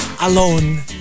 alone